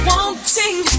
Wanting